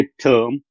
term